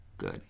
good